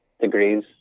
degrees